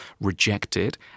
rejected